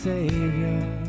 Savior